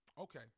Okay